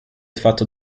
fatto